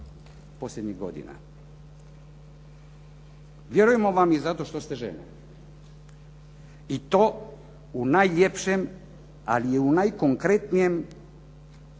posljednjih godina. Vjerujemo vam i zato što ste žena i to u najljepšem ali i u najkonkretnijem